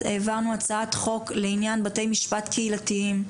העברנו הצעת חוק לעניין בתי משפט קהילתיים.